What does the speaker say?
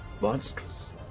Monstrous